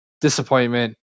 disappointment